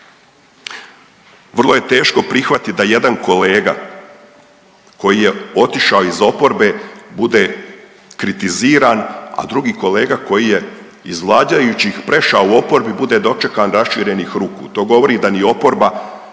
Vrlo je teško prihvatiti da jedan kolega koji je otišao iz oporbe bude kritiziran, a drugi kolega koji je iz vladajućih prešao u oporbi bude dočekan raširenih ruku. To govori da ni oporba